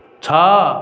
ଛଅ